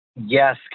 Yes